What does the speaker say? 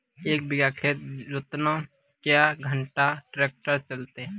एक बीघा खेत जोतना क्या घंटा ट्रैक्टर चलते?